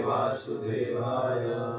Vasudevaya